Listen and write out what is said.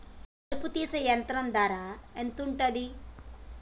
కలుపు తీసే యంత్రం ధర ఎంతుటది?